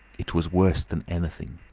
it was worse than anything.